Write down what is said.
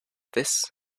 this